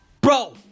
Bro